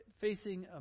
facing